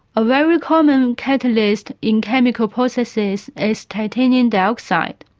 a very common catalyst in chemical processes is titanium dioxide.